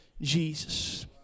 Jesus